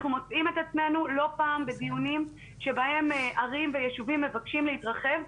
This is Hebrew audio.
אנחנו מוצאים את עצמו לא פעם בדיונים שהם ערים וישובים מבקשים להתרחב,